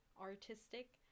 artistic